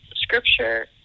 scripture